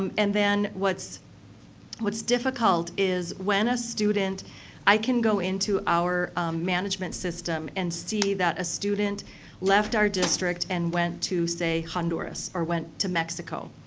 um and then what's what's difficult is when a student i can go into our management system and see that a student left our district and went to say honduras, or went to mexico.